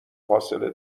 فاصله